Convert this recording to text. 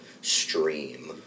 stream